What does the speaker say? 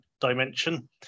dimension